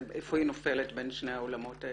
איפה היא נופלת בין שני העולמות האלה?